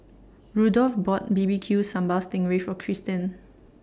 Rudolph bought B B Q Sambal Sting Ray For Christen